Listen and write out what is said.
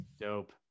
dope